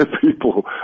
People